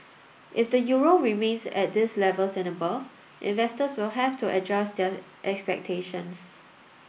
if the euro remains at these levels and above investors will have to adjust their expectations